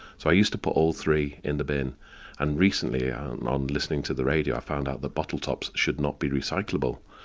so, i used to put all three in the bin and recently, on on listening to the radio, i found out that bottle tops should not be recyclable.